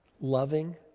Loving